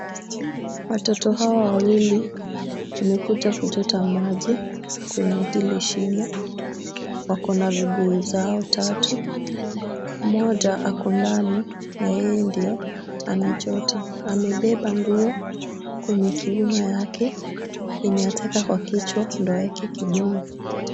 Watoto hawa wawili wamekuja kuchota maji kwenye hili shimo. Wako na vibuyu zao tatu. Mmoja ako ndani na yeye ndiyo anachota. Amebeba nguo kwenye kiuona yake yenye ataweka kwa kichwa ndio aweke kibuyu.